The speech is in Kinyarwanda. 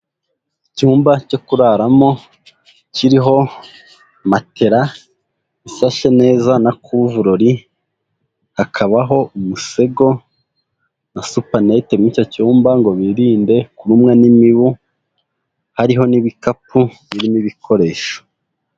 Icyumba cyo kuraramo kiriho matela ishashe neza na covre-lit, hakabaho umusego na supanete muri icyo cyumba ngo biririnde kurumwa n'imibu, hariho n'ibikapu birimo ibikoresho.